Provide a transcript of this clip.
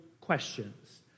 questions